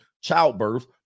childbirth